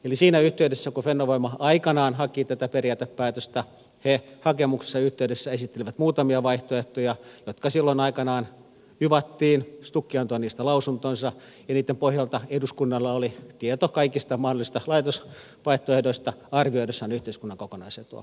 eli siinä yhteydessä kun fennovoima aikanaan haki tätä periaatepäätöstä he hakemuksensa yhteydessä esittelivät muutamia vaihtoehtoja jotka silloin aikanaan yvattiin stuk antoi niistä lausuntonsa ja niitten pohjalta eduskunnalla oli tieto kaikista mahdollisista laitosvaihtoehdoista arvioidessaan yhteiskunnan kokonaisetua